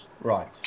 Right